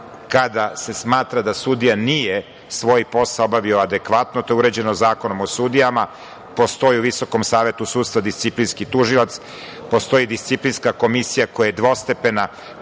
kada se smatra da sudija nije svoj posao obavio adekvatno. To je uređeno Zakonom o sudijama. Postoji i u VSS disciplinski tužilac. Postoji disciplinska komisija koja je dvostepena,